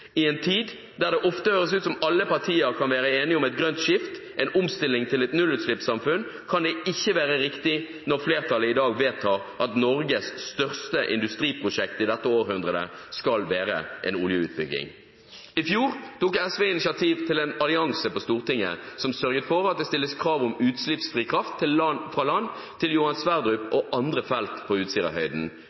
I en tid der det ofte høres ut som alle partier kan være enige om et grønt skifte, en omstilling til et nullutslippssamfunn, kan det ikke være riktig når flertallet i dag vedtar at Norges største industriprosjekt i dette århundret skal være en oljeutbygging. I fjor tok SV initiativ til en allianse på Stortinget som sørget for at det stilles krav om utslippsfri kraft fra land til Johan Sverdrup og andre felter på